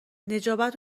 نجابت